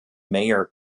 mayor